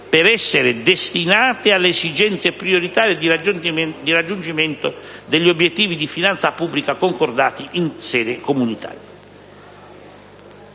per essere destinate alle esigenze prioritarie di raggiungimento degli obiettivi di finanza pubblica concordati in sede comunitaria.